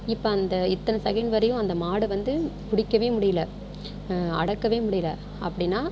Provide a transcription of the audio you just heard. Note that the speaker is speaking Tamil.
இப்போ அந்த இத்தனை செகேண்ட் வரையும் அந்த மாடை வந்து பிடிக்கவே முடியல அடக்கவே முடியல அபப டினா